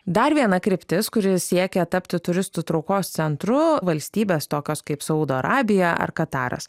dar viena kryptis kuri siekia tapti turistų traukos centru valstybės tokios kaip saudo arabija ar kataras